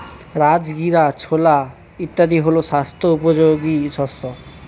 রাজগীরা, ছোলা ইত্যাদি হল স্বাস্থ্য উপযোগী শস্য